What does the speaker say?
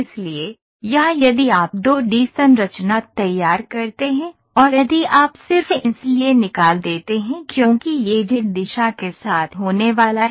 इसलिए यहां यदि आप 2 डी संरचना तैयार करते हैं और यदि आप सिर्फ इसलिए निकाल देते हैं क्योंकि यह जेड दिशा के साथ होने वाला है